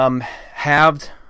halved